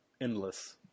endless